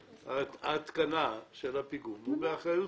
ההתקנה של הפיגום היא באחריותכם.